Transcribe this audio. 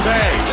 Bay